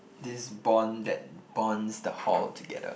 this bond that bonds the hall together